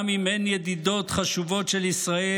גם אם הן ידידות חשובות של ישראל,